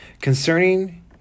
concerning